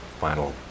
final